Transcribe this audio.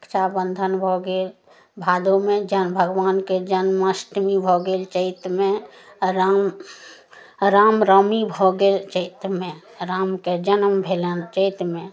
रक्षा बन्धन भऽ गेल भादबमे जहन भगवानके जन्माष्टमी भऽ गेल चैतमे राम रामनमी भऽ गेल चैतमे रामके जनम भेलनि चैतमे